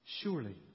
surely